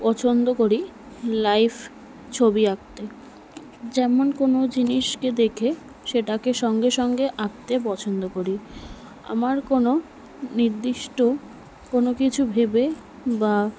পছন্দ করি লাইফ ছবি আঁকতে যেমন কোনো জিনিসকে দেখে সেটাকে সঙ্গে সঙ্গে আঁকতে পছন্দ করি আমার কোনো নির্দিষ্ট কোনো কিছু ভেবে বা